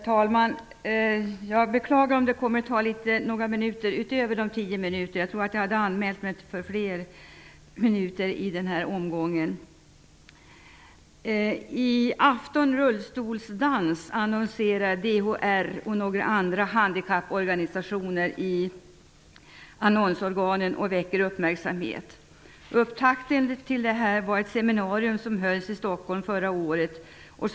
Herr talman! Jag beklagar om mitt anförande kommer att ta några fler minuter än tio. Jag trodde att jag hade anmält fler minuter i denna omgång. I afton rullstolsdans! Så annonserar DHR och några andra handikapporganisationer i annonsorganen och väcker därmed uppmärksamhet. Upptakten till detta var ett seminarium som förra året hölls i Stockholm.